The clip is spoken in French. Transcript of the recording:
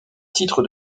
titre